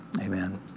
Amen